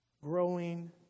growing